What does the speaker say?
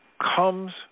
comes